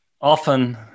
often